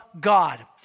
God